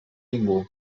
ningú